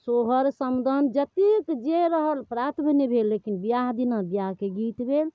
सोहर समदाउन जतेक जे रहल प्रात भेने भेल लेकिन बिआह दिना बिआहके गीत भेल